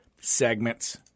segments